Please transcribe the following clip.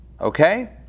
okay